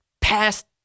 past